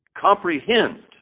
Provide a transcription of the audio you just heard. comprehend